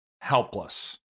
helpless